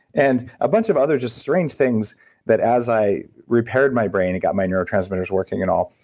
and a bunch of other just strange things that as i repaired my brain, and got my neurotransmitters working and all,